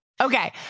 Okay